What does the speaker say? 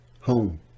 home